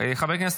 חברי הכנסת,